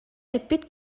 эппит